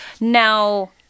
Now